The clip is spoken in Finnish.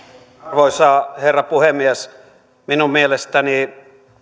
arvoisa herra puhemies minun mielestäni